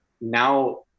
Now